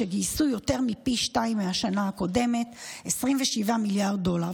שגייסו יותר מפי שניים מהשנה הקודמת: 27 מיליארד דולר.